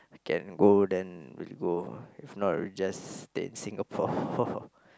can go then will go if not will just stay in Singapore